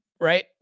right